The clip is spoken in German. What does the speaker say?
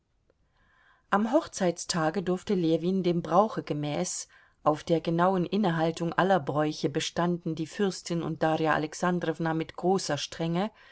am hochzeitstage durfte ljewin dem brauche gemäß auf der genauen innehaltung aller bräuche bestanden die fürstin und darja alexandrowna mit großer strenge